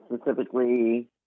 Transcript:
specifically